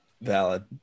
Valid